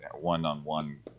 one-on-one